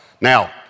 Now